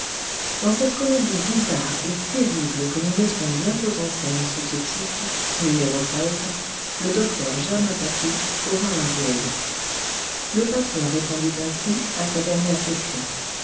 dans cette comédie bizarre et terrible que nous mettrons bientôt en scène sous ce titre numéro treize le docteur germain patou aura un rôle le patron répondit ainsi a sa dernière question